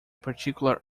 particular